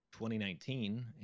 2019